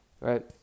right